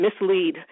mislead